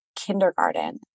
kindergarten